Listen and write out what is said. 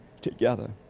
together